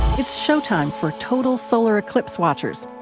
it's show time for total solar eclipse watchers.